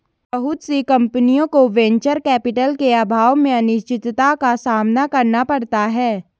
बहुत सी कम्पनियों को वेंचर कैपिटल के अभाव में अनिश्चितता का सामना करना पड़ता है